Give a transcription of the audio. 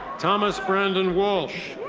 thomas brandon walsh.